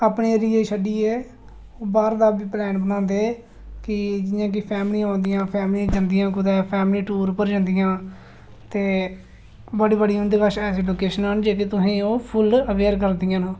अपने एरिये गी छड्डियै बाह्र दा प्लान बी बनांदे कि जि'यां कि फैमलियां औंदियां फैमलियां जंदियां ते फैमिली कुतै टूर पर जंदियां ते बड़ी बड़ी उं'दे कोल ऐसियां लोकेशनां न तुसेंगी ओह् फुल्ल अवेयर करदियां न